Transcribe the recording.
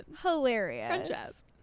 Hilarious